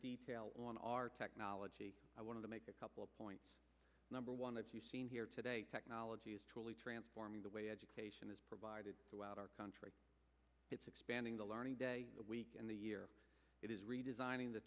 detail on our technology i wanted to make a couple of points number one if you seen here today technology is truly transforming the way education is provided throughout our country it's expanding the learning day week in the year it is redesigning the